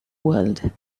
world